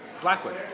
Blackwood